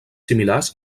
similars